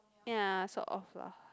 ya so off lah